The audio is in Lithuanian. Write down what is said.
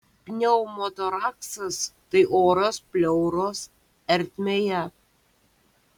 pneumotoraksas tai oras pleuros ertmėje